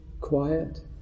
quiet